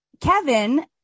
Kevin